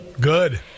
Good